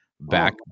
back